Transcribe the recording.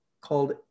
called